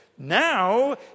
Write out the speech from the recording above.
now